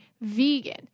vegan